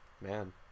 man